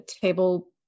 table